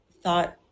thought